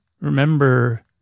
Remember